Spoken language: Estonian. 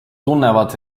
tunnevad